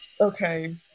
Okay